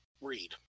read